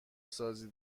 سازی